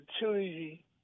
opportunity